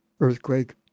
earthquake